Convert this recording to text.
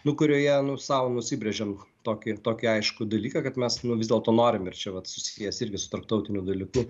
nu kurioje nu sau nusibrėžėm tokį tokį aiškų dalyką kad mes vis dėlto norim ir čia vat susijęs irgi su tarptautiniu dalyku